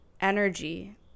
energy